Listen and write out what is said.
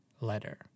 letter